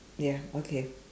ya okay